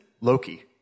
Loki